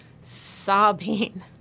sobbing